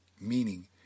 meaning